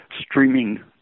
streaming